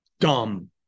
Dumb